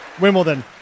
Wimbledon